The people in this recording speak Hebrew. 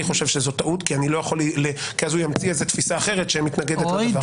אני חושב שזו טעות כי אז הוא ימציא איזה תפיסה שמתנגדת לדבר הזה.